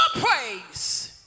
praise